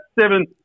seven